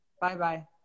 Bye-bye